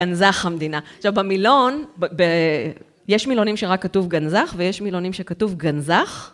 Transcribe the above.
גנזח המדינה. עכשיו במילון, יש מילונים שרק כתוב גנזח ויש מילונים שכתוב גנזח.